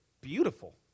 beautiful